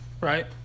Right